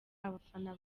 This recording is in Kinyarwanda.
abafana